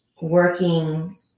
working